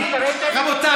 רבותיי,